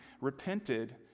repented